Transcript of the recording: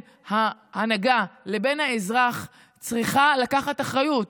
ההנהגה לבין האזרח צריכה לקחת אחריות.